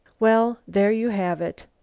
well, there you have it.